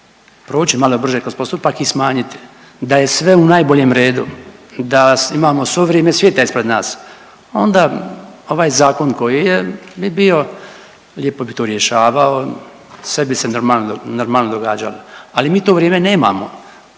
proći malo brže kroz postupak i smanjiti, da je sve u najboljem redu, da imamo svo vrijeme svijeta ispred nas onda ovaj zakon koji je bi bio, lijepo bi to rješavao, sve bi se normalno, normalno događalo, ali mi to vrijeme nemamo.